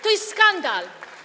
To jest skandal.